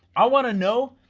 i want to know,